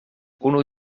unu